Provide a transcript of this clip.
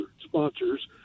sponsors